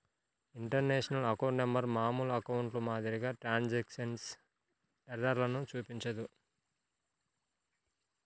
international account number మామూలు అకౌంట్ల మాదిరిగా ట్రాన్స్క్రిప్షన్ ఎర్రర్లను చూపించదు